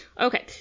Okay